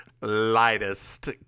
lightest